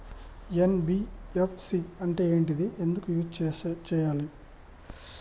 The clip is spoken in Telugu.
ఎన్.బి.ఎఫ్.సి అంటే ఏంటిది ఎందుకు యూజ్ చేయాలి?